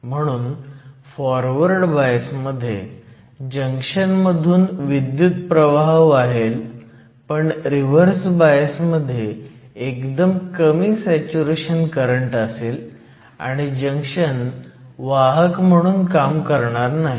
म्हणून forward bias मध्ये junction मधून विद्युतप्रवाह वाहेल पण रिव्हर्स बायस मध्ये एकदम कमी सॅच्युरेशन करंट असेल आणि जंक्शन वाहक म्हणून काम करणार नाही